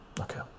Okay